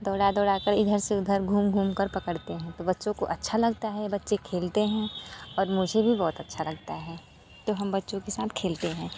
दौड़ा दौड़ा कर इधर से उधर घूम घूम कर पकड़ते हैं तो बच्चों को अच्छा लगता है बच्चे खेलते हैं और मुझे भी बहुत अच्छा लगता है तो हम बच्चों के साथ खेलते हैं